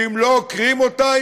שאם לא עוקרים אותה היא